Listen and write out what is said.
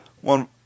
one